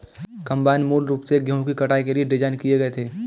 combine मूल रूप से गेहूं की कटाई के लिए डिज़ाइन किए गए थे